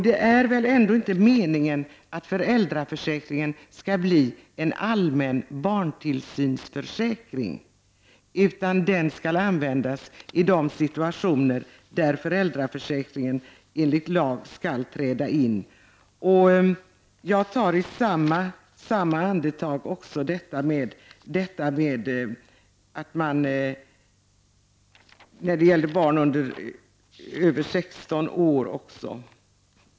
Det är väl ändå inte meningen att föräldraförsäkringen skall bli en allmän barntillsynsförsäkring, utan den skall användas i de situationer där föräldraförsäkringen enligt lag skall träda in.